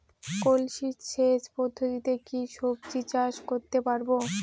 কলসি সেচ পদ্ধতিতে কি সবজি চাষ করতে পারব?